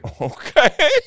Okay